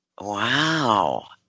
wow